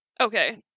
Okay